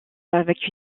avec